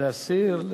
להסיר?